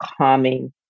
calming